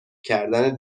کردن